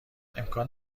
امکان